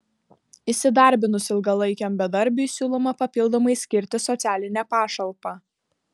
įsidarbinus ilgalaikiam bedarbiui siūloma papildomai skirti socialinę pašalpą